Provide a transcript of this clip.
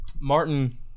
Martin